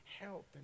help